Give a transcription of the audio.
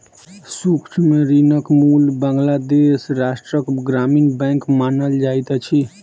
सूक्ष्म ऋणक मूल बांग्लादेश राष्ट्रक ग्रामीण बैंक मानल जाइत अछि